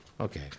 Okay